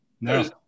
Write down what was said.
no